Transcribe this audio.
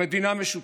המדינה משותקת,